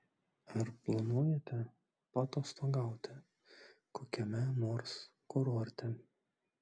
ar planuojate paatostogauti kokiame nors kurorte